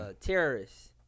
terrorists